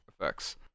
effects